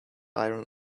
iron